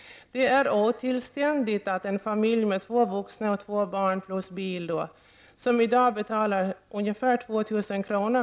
Det är otillständigt att en familj med två vuxna och två barn plus bil, som i dag betalar ca 2 000 kr.